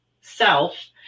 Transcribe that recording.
self